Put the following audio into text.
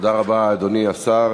תודה רבה, אדוני השר.